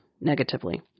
negatively